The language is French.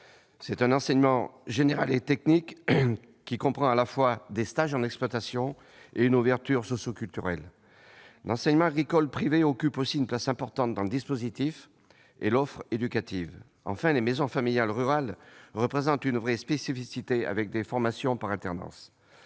propres. Enseignement général et technique, il comprend à la fois des stages en exploitation et une ouverture socioculturelle. L'enseignement agricole privé occupe une place importante dans le dispositif et l'offre éducative. Quant aux maisons familiales rurales, elles sont une vraie spécificité, avec des formations par alternance.